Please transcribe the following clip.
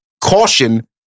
caution